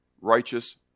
Righteous